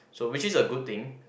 so which is a good thing